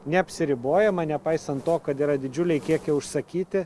neapsiribojama nepaisant to kad yra didžiuliai kiekiai užsakyti